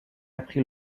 appris